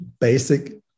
basic